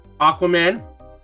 Aquaman